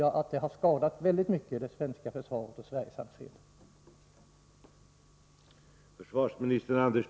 Jag tror att det skadat det svenska försvaret och Sveriges anseende väldigt mycket.